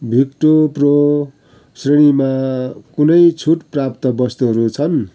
भिक्टोरप्रो श्रेणीमा कुनै छुट प्राप्त वस्तुहरू छन्